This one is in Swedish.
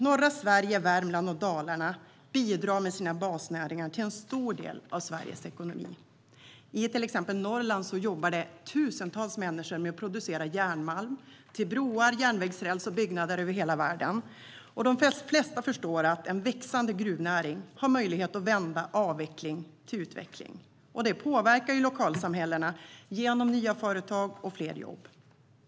Norra Sverige, Värmland och Dalarna bidrar med sina basnäringar till en stor del av Sveriges ekonomi. I till exempel Norrland jobbar tusentals människor med att producera järnmalm till broar, järnvägsräls och byggnader över hela världen. De flesta förstår att en växande gruvnäring har möjlighet att vända avveckling till utveckling. Det påverkar lokalsamhällena genom nya företag och fler jobb.